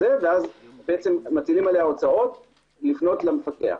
ואז מטילים עליה הוצאות לפנות למפקח.